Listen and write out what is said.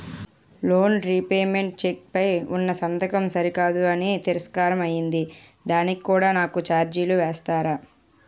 Loan repayment cheque పై ఉన్నా సంతకం సరికాదు అని తిరస్కారం అయ్యింది దానికి కూడా నాకు ఛార్జీలు వేస్తారా?